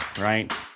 right